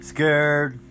Scared